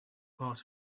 part